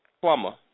plumber